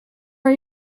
are